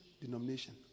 denomination